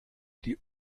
die